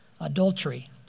adultery